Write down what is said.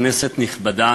כנסת נכבדה,